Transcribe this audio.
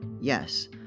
Yes